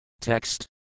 Text